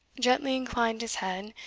gently inclined his head,